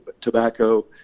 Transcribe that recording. tobacco